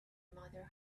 mother